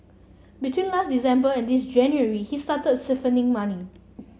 between last December and this January he started siphoning money